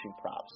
props